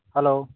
hello